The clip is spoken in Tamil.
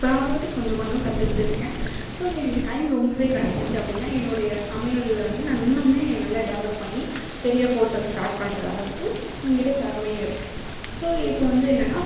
எப்போவது கொஞ்சம் கொஞ்சம் கற்றுக்கிட்டு இருக்கேன் ஸோ எனக்கு டைம் ரொம்பவே கெடச்சிச்சு அப்படின்னா என்னுடைய சமையலில் வந்து நான் இன்னமுமே நல்ல டெவெலப் பண்ணி பெரிய ஹோட்டல் ஸ்டாட் பண்ணுற அளவுக்கு எங்கிட்ட திறமையும் இருக்குது ஸோ இப்போ வந்து என்னன்னால்